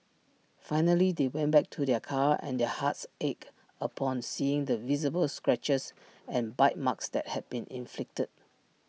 finally they went back to their car and their hearts ached upon seeing the visible scratches and bite marks that had been inflicted